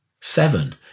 Seven